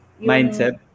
Mindset